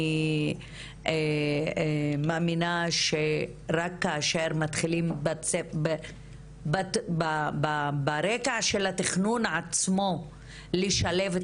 אני מאמינה שרק כאשר מתחילים לצאת ברקע של התכנון עצמו לשלב את